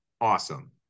awesome